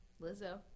Lizzo